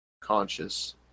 conscious